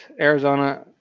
Arizona